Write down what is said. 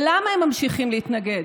ולָמָּה הם ממשיכים להתנגד,